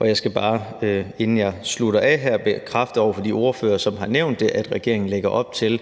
Jeg skal bare, inden jeg slutter af her, bekræfte over for de ordførere, som har nævnt det, at regeringen lægger op til,